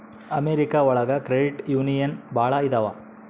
America ಒಳಗ credit union ಭಾಳ ಇದಾವ